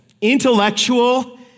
intellectual